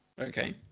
Okay